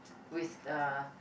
with the